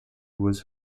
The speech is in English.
was